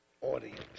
audience